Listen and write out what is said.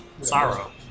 Sorrow